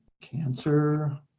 cancer